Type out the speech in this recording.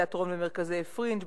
תיאטרון במרכזי פרינג',